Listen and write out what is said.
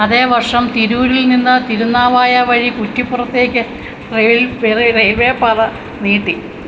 അതേ വർഷം തിരൂരിൽ നിന്ന് തിരുനാവായ വഴി കുറ്റിപ്പുറത്തേക്ക് റെയിൽ റെയിൽവേപ്പാത നീട്ടി